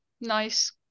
nice